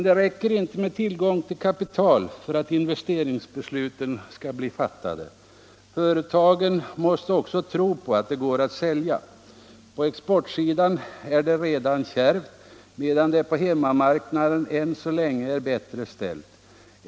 Det räcker dock inte med tillgång till kapital för att investeringsbesluten skall bli fattade. Företagen måste också tro på att det går att sälja. På exportsidan är det redan kärvt, medan det på hemmamarknaden än så länge är bättre ställt.